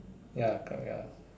ya correct ya